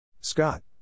Scott